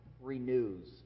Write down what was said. renews